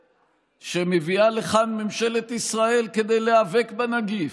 שמביאה לכאן ממשלת ישראל כדי להיאבק בנגיף,